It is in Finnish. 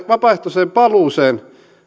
vapaaehtoiseen paluuseen